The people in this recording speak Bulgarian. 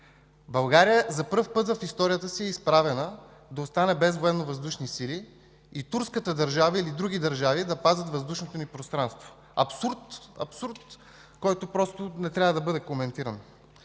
България за първи път в историята си е изправена да остане без Военновъздушни сили и турската държава или други държави да пазят въздушното ни пространство – абсурд, абсурд, който просто не трябва да бъде коментиран!